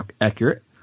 accurate